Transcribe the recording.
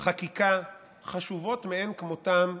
חקיקה חשובות מאין-כמותן,